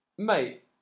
Mate